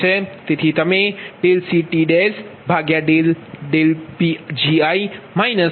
તેથી તમે ∂CTPgi λ0 મૂકી શકો છો